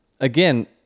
Again